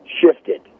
shifted